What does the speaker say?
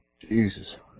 Jesus